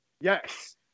Yes